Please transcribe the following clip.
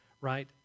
right